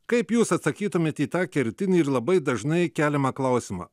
kaip jūs atsakytumėt į tą kertinį ir labai dažnai keliamą klausimą